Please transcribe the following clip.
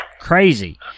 crazy